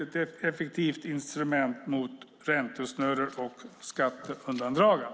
Det är ett effektivt instrument mot räntesnurror och skatteundandragande.